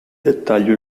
dettaglio